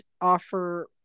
offer